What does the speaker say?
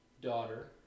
daughter